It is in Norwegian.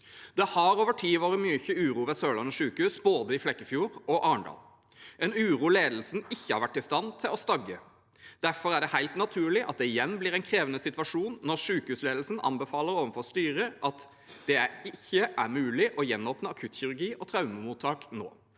Det har over tid vært mye uro ved Sørlandet sykehus, i både Flekkefjord og Arendal, en uro ledelsen ikke har vært i stand til å stagge. Derfor er det helt naturlig at det igjen blir en krevende situasjon når sykehusledelsen anbefaler overfor styret at det «ikke er mulig å gjenåpne akuttkirurgi og traumemottak […]